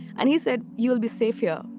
and he said, you'll be safe here.